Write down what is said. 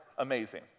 Amazing